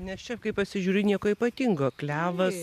nes čia kai pasižiūri nieko ypatingo klevas